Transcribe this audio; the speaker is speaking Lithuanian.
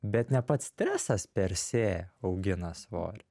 bet ne pats stresas persė augina svorį